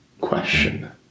question